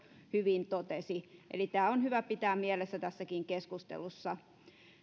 hyvin totesi eli tämä on hyvä pitää mielessä tässäkin keskustelussa